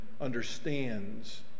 understands